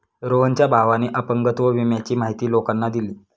रोहनच्या भावाने अपंगत्व विम्याची माहिती लोकांना दिली